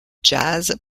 jazz